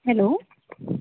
hello